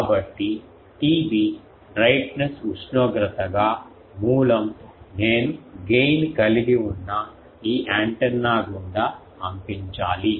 కాబట్టి TB brightness ఉష్ణోగ్రతగా మూలం నేను గెయిన్ కలిగి ఉన్న ఈ యాంటెన్నా గుండా పంపించాలి